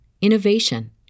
innovation